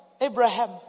Abraham